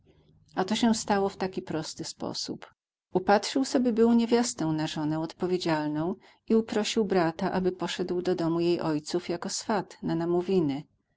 a to się stało w taki prosty sposób upatrzył sobie był niewiastę na żonę odpowiedzialną i uprosił brata aby poszedł do domu jej ojców jako swat na namówiny